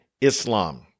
Islam